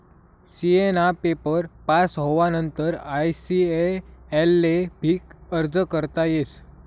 CA ना paper pass होवानंतर ICAI ले भी अर्ज करता येस